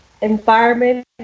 environment